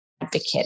advocate